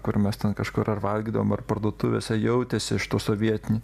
kur mes ten kažkur ar valgydavom ar parduotuvėse jautėsi iš tų sovietinių